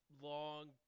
long